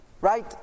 right